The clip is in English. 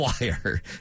wire